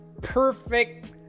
perfect